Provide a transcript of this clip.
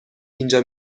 اینجا